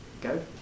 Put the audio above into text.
Go